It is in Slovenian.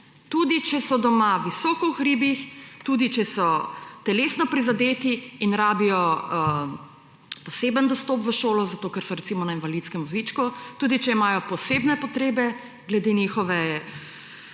tudi če so doma visoko v hribih, tudi če so telesno prizadeti in rabijo poseben dostop v šolo, zato ker so, recimo, na invalidskem vozičku, tudi če imajo posebne potrebe glede njihovega